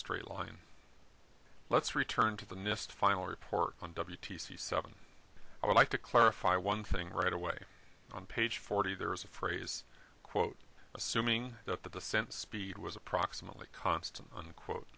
straight line let's return to the nist final report on w t c seven i would like to clarify one thing right away on page forty there is a phrase quote assuming that the descent speed was approximately constant unquote